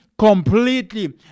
Completely